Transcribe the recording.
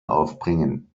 aufbringen